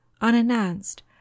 unannounced